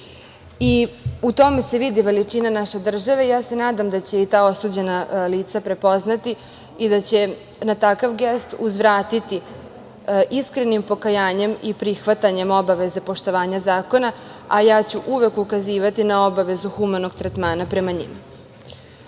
U tome se vidi veličina naše države. Ja se nadam da će i ta osuđena lica prepoznati i da će na takav gest uzvratiti iskrenim pokajanjem i prihvatanjem obaveze poštovanja zakona, a ja ću uvek ukazivati na obavezu humanog tretmana prema njima. Dame